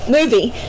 Movie